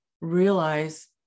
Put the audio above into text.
realize